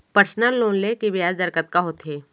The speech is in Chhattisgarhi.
पर्सनल लोन ले के ब्याज दर कतका होथे?